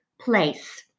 place